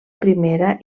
primera